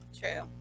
True